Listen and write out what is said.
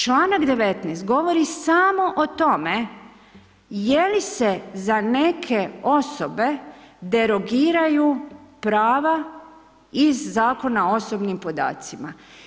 Članak 19. govori samo o tome, je li se za neke osobe derogiraju prava iz Zakona o osobnim podacima.